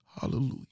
Hallelujah